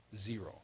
zero